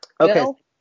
Okay